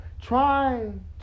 trying